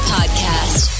Podcast